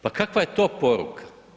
Pa kakva je to poruka?